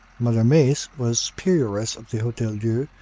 mother mace was superioress of the hotel-dieu,